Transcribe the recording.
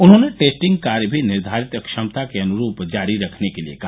उन्होंने टेस्टिंग कार्य भी निर्धारित क्षमता के अनुरूप जारी रखने के लिये कहा